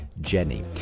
jenny